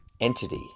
entity